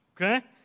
okay